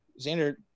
Xander